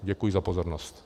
Děkuji za pozornost.